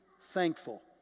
thankful